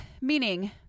meaning